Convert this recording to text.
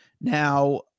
Now